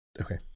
Okay